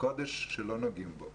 כקודש שלא נוגעים בו